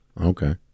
Okay